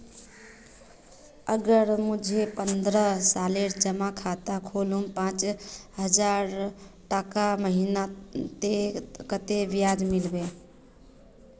अगर मुई पन्द्रोह सालेर जमा खाता खोलूम पाँच हजारटका महीना ते कतेक ब्याज मिलबे?